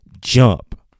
jump